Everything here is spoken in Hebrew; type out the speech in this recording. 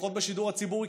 לפחות בשידור הציבורי,